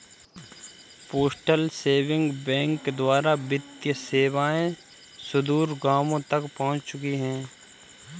postal saving bank द्वारा वित्तीय सेवाएं सुदूर गाँवों तक पहुंच चुकी हैं